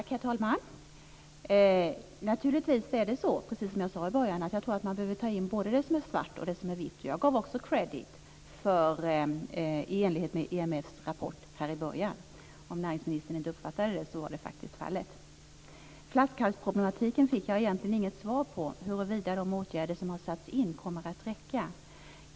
Herr talman! Naturligtvis är det så, precis som jag sade i början, att man behöver ta in både det som är svart och det som är vitt. Jag gav också credit i enlighet med IMF:s rapport här i början. Så var faktiskt fallet om nu inte näringsministern uppfattade det. I fråga om flaskhalsproblematiken fick jag egentligen inget svar på huruvida de åtgärder som har satts in kommer att räcka.